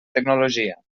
tecnologia